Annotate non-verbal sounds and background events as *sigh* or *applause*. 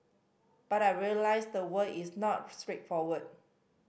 but I realised the world is not *unintelligible* straightforward